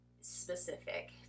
specific